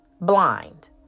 blind